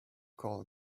call